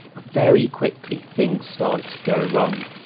but very quickly things started to go wrong.